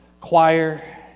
choir